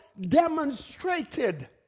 demonstrated